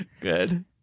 Good